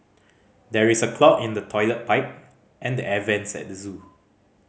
there is a clog in the toilet pipe and the air vents at the zoo